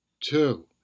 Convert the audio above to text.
Two